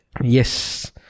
Yes